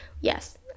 Yes